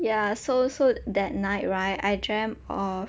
ya so so that night right I dreamt of